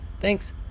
thanks